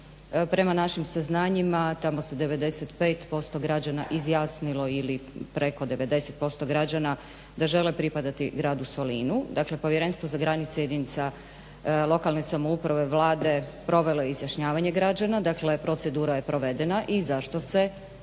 Prema našim saznanjima tamo se 95% građana izjasnilo ili preko 90% građana da žele pripadati Gradu Solinu. Dakle Povjerenstvo za granice jedinica lokalne samouprave Vlade provelo je izjašnjavanje građana, dakle procedura je provedena i zašto se